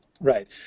right